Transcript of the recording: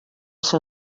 seu